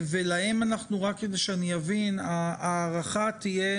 רק כדי שאני אבין, ההארכה תהיה